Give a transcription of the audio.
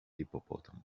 hippopotamus